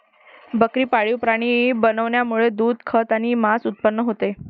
बकरी पाळीव प्राणी बनवण्यामुळे दूध, खत आणि मांस उत्पन्न होते